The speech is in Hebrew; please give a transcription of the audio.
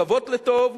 לקוות לטוב,